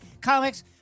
comics